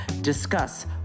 discuss